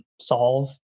solve